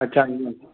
अच्छा हीअं